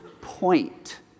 point